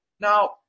Now